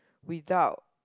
without